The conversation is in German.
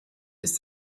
ist